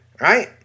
right